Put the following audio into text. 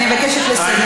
אני מבקשת לסיים.